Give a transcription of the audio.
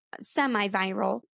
semi-viral